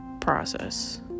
process